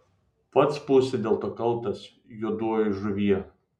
pats būsi dėl to kaltas juodoji žuvie